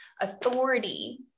authority